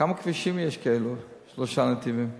כמה כבישים כאלו של שלושה נתיבים יש?